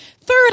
Third